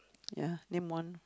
ya name one